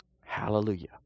Hallelujah